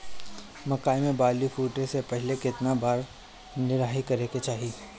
मकई मे बाली फूटे से पहिले केतना बार निराई करे के चाही?